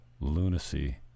lunacy